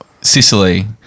Sicily